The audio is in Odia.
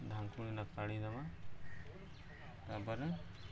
ଢାଙ୍କୁଣୀଟା କାଢ଼ିଦେବା ତାପରେ